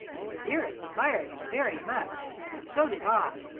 so dearest admired him very much, and so did i,